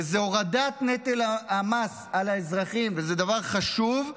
וזה הורדת נטל המס על האזרחים וזה דבר חשוב,